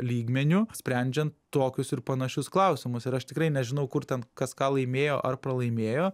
lygmeniu sprendžiant tokius ir panašius klausimus ir aš tikrai nežinau kur ten kas ką laimėjo ar pralaimėjo